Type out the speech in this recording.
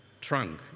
trunk